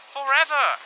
Forever